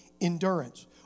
endurance